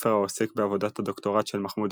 ספר העוסק בעבודת הדוקטורט של מחמוד